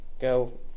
go